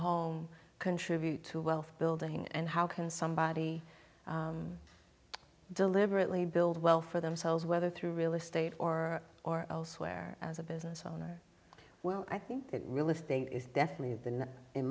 home contribute to wealth building and how can somebody deliberately build wealth for themselves whether through real estate or or elsewhere as a business owner well i think that really is definitely the